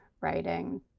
writing